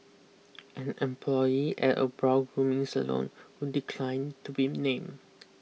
an employee at a brow grooming salon who declined to be named